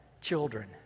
children